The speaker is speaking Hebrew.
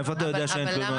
מאיפה אתה יודע שאין תלונות?